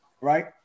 right